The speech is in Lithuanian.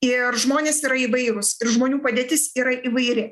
ir žmonės yra įvairūs ir žmonių padėtis yra įvairi